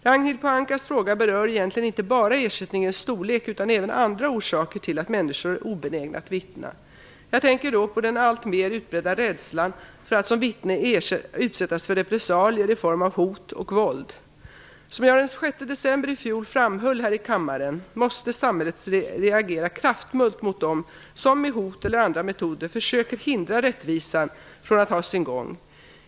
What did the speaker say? Ragnhild Pohankas fråga berör egentligen inte bara ersättningens storlek utan även andra orsaker till att människor är obenägna att vittna. Jag tänker då på den alltmer utbredda rädslan för att som vittne utsättas för repressalier i form av hot och våld. Som jag den 6 december i fjol framhöll här i kammaren måste samhället reagera kraftfullt mot dem som med hot eller andra metoder försöker hindra rättvisan från att ha sin gång.